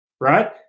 right